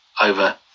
over